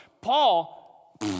Paul